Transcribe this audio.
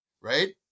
Right